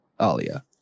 Alia